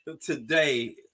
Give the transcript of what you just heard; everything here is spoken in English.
Today